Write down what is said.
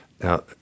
Now